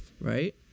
right